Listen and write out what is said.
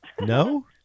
no